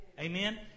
Amen